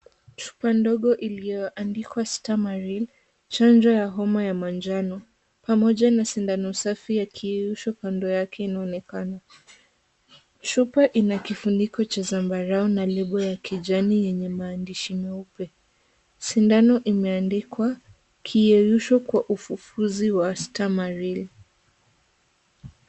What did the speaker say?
Chupa ndogo iliyoandikwa stameril. Chanjo ya homa ya manjano, pamoja na sindano safi yakiyeyusho kando yake , kinaonekana. Chupa ina kifuniko cha sambarau na label ya kijani yenye maandishi nyeupe. Sindano imeandikwa ,kiyeyusho kwa ufufuzi wa stameril.